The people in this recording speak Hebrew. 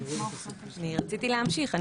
רציתי להמשיך.